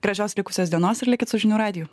gražios likusios dienos ir likit su žinių radiju